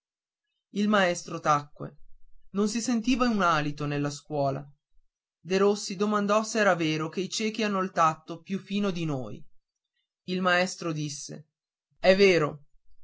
il maestro tacque non si sentiva un alito nella scuola derossi domandò se era vero che i ciechi hanno il tatto più fino di noi il maestro disse è vero